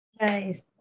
Nice